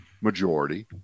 majority